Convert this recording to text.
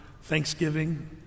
thanksgiving